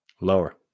lower